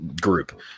group